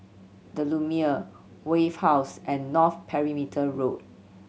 The Lumiere Wave House and North Perimeter Road